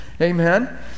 Amen